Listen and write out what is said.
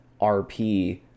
RP